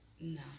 No